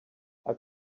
how